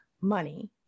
money